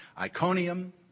Iconium